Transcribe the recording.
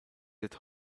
that